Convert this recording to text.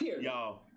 Y'all